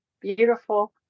beautiful